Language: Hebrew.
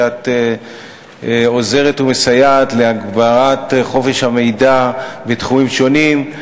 על שאת עוזרת ומסייעת להגברת חופש המידע בתחומים שונים.